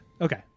Okay